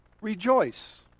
rejoice